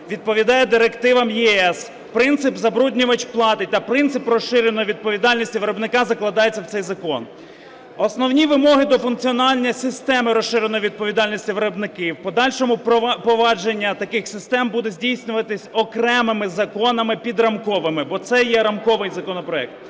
відповідає директивам ЄС, принцип "забруднювач платить" та принцип розширеної відповідальності виробника закладається в цей закон. Основні вимоги до функціонування системи розширеної відповідальності виробників, в подальшому провадження таких систем буде здійснюватись окремими законами підрамковими, бо це є рамковий законопроект.